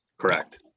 Correct